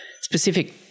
specific